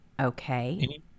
okay